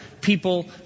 people